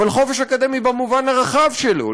אבל חופש אקדמי במובן הרחב שלו,